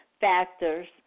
factors